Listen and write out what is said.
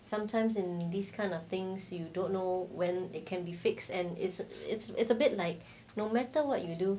sometimes in this kind of things you don't know when it can be fixed and it's it's it's a bit like no matter what you do